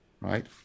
right